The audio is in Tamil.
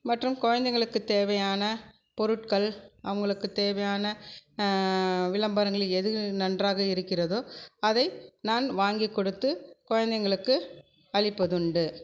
மற்றும் குழந்தைங்களுக்கு தேவையான பொருட்கள் அவர்களுக்கு தேவையான விளம்பரங்களில் எது நன்றாக இருக்கிறதோ அதை நான் வாங்கிக் கொடுத்து குழந்தைங்களுக்கு அளிப்பதுண்டு